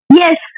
yes